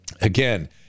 Again